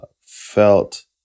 felt